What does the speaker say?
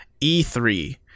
E3